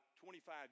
25